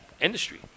industry